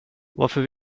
varför